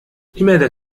لماذا